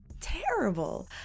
terrible